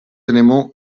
éléments